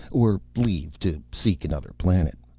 or leave to seek another planet.